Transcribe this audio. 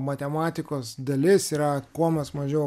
matematikos dalis yra kuo mes mažiau